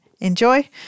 enjoy